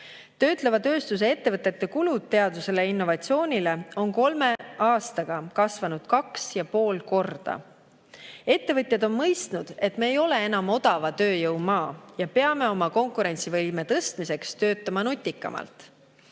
Töötleva tööstuse ettevõtete kulud teadusele ja innovatsioonile on kolme aastaga kasvanud kaks ja pool korda. Ettevõtjad on mõistnud, et me ei ole enam odava tööjõu maa ja peame oma konkurentsivõime tõstmiseks töötama nutikamalt.